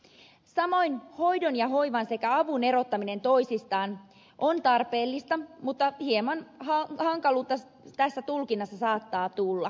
samoin hoidon ja hoivan sekä avun erottaminen toisistaan on tarpeellista mutta hieman hankaluutta tässä tulkinnassa saattaa tulla